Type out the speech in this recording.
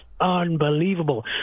unbelievable